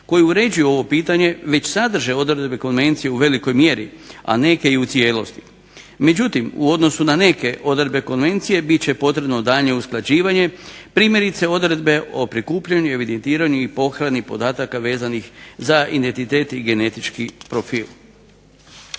koji uređuju ovo pitanje već sadrže odredbe konvencije u velikoj mjeri, a neke i u cijelosti. Međutim, u odnosu na neke odredbe konvencije biti će potrebno daljnje usklađivanje, primjerice odredbe o prikupljanju, evidentiranju i pohrani podataka vezanih za identitet i genetički profil.